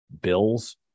Bills